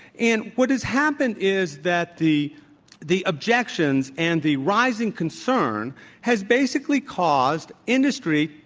and what has happened is that the the objections and the rising concern has basically caused industry,